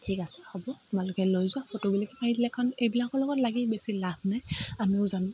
ঠিক আছে হ'ব তোমালোকে লৈ যোৱা ফটো বুলি মাৰি দিলে এখন এইবিলাকৰ লগত লাগি বেছি লাভ নাই আমিও জানো